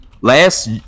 Last